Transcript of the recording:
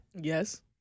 Yes